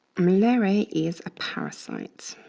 malaria is a parasite.